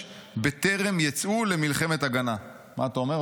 בטרם ייצאו למלחמת הגנה." מה אתה אומר,